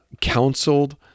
counseled